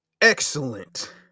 Excellent